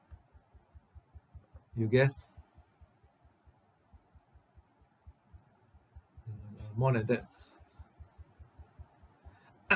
you guess mm more than that